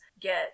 get